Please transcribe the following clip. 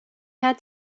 had